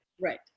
right